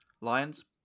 Lions